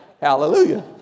Hallelujah